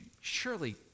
Surely